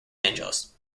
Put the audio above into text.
angeles